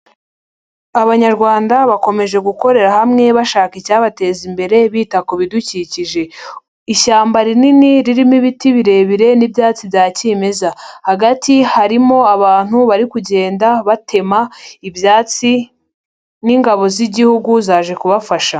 Abanyarwanda bakomeje gukorera hamwe bashaka icyabateza imbere bita ku bidukikije. Ishyamba rinini ririmo ibiti birebire n'ibyatsi bya kimeza. Hagati harimo abantu bari kugenda batema ibyatsi n'ingabo z'igihugu zaje kubafasha.